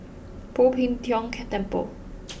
Poh Tiong Kiong Temple